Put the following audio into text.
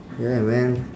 yeah man